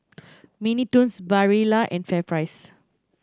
Mini Toons Barilla and FairPrice